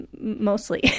mostly